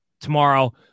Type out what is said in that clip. tomorrow